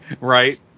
Right